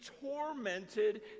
tormented